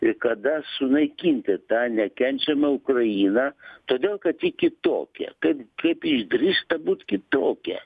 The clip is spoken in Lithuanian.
ir kada sunaikinti tą nekenčiamą ukrainą todėl kad ji kitokia kaip kaip išdrįsta būt kitokia